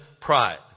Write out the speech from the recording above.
pride